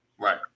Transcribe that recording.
Right